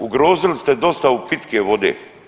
Ugrozili ste dostavu pitke vode.